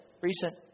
recent